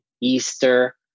Easter